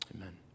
Amen